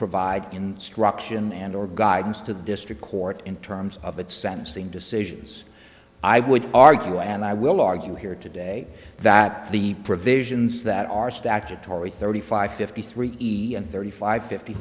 provide instruction and or guidance to the district court in terms of its sentencing decisions i would argue and i will argue here today that the provisions that are statutory thirty five fifty three thirty five fifty